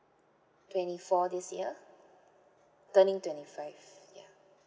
twenty four this year turning twenty five ya